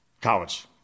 college